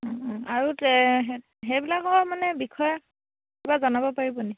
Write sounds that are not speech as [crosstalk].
[unintelligible] আৰু সেইবিলাকৰ মানে বিষয়ে কিবা জনাব পাৰিবনি